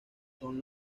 son